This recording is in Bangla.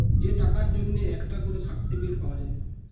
যে টাকার জন্যে একটা করে সার্টিফিকেট পাওয়া যায়